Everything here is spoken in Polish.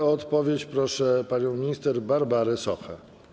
O odpowiedź proszę panią minister Barbarę Sochę.